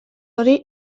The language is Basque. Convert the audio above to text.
hori